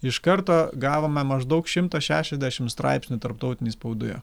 iš karto gavome maždaug šimtą šešiasdešimt straipsnių tarptautinėj spaudoje